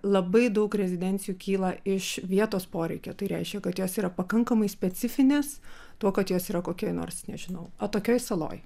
labai daug rezidencijų kyla iš vietos poreikio tai reiškia kad jos yra pakankamai specifinės tuo kad jos yra kokioj nors nežinau atokioj saloj